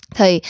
Thì